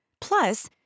Plus